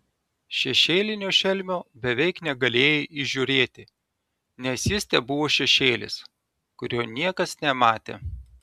šešėlinio šelmio beveik negalėjai įžiūrėti nes jis tebuvo šešėlis kurio niekas nematė